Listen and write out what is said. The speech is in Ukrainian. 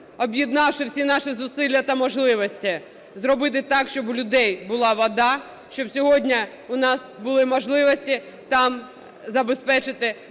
об'єднавши всі наші зусилля та можливості, зробити так, щоб у людей була вода, щоб сьогодні у нас були можливості забезпечити